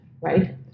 right